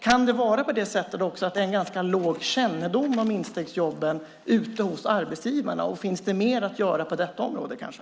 Kan det finnas en låg kännedom om instegsjobben hos arbetsgivarna, och finns det kanske mer att göra på detta område?